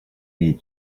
need